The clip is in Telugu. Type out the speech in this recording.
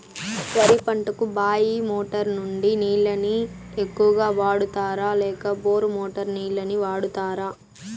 వరి పంటకు బాయి మోటారు నుండి నీళ్ళని ఎక్కువగా వాడుతారా లేక బోరు మోటారు నీళ్ళని వాడుతారా?